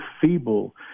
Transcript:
feeble